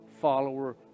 follower